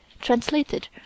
translated